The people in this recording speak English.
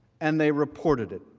and they reported it.